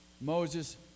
Moses